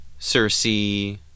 Cersei